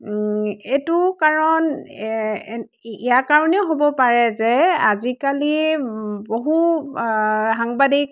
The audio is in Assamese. এইটো কাৰণ ইয়াৰ কাৰণেও হ'ব পাৰে যে আজিকালি বহু সাংবাদিক